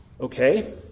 Okay